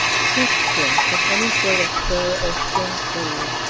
sheepskin, with any sort of fur or skin sleeves,